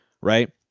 right